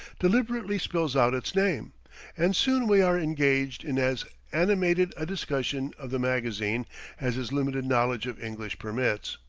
deliberately spells out its name and soon we are engaged in as animated a discussion of the magazine as his limited knowledge of english permits.